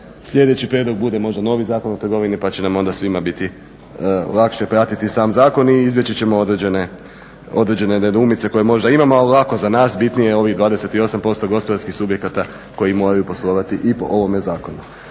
sljedeći prijedlog bude možda novi Zakon o trgovini pa će nam onda svima biti lakše pratiti sam zakon i izbjeći ćemo određene nedoumice koje možda imamo, ali lako za nas, bitnije je ovih 28% gospodarskih subjekata koji moraju poslovati i po ovome zakonu.